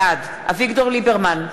בעד אביגדור ליברמן,